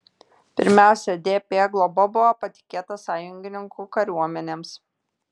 pirmiausia dp globa buvo patikėta sąjungininkų kariuomenėms